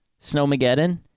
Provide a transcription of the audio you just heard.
snowmageddon